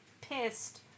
pissed